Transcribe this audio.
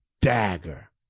dagger